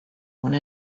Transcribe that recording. one